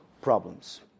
problems